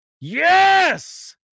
Yes